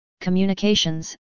communications